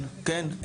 כן, כן.